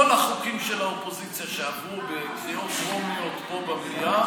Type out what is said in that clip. כל החוקים של האופוזיציה שעברו בקריאות טרומיות פה במליאה